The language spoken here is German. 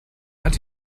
hat